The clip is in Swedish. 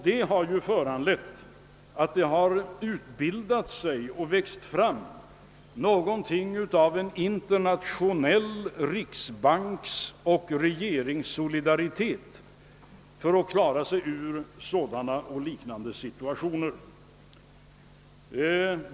Detta förhållande har lett till att det växt fram något av en internationell riksbanks och regeringssolidaritet när det gäller att klara sig ur sådana här och liknande situationer.